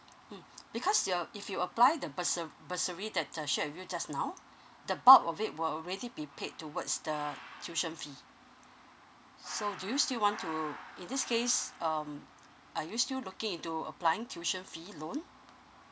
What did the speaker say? mm because you're if you apply the bursa~ bursary that uh shared with you just now the bulk of it will already be paid towards the tuition fee so do you still want to in this case um are you still looking into applying tuition fee loan